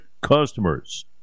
customers